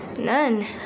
None